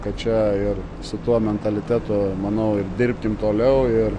kad čia ir su tuo mentalitetu manau ir dirbkim toliau ir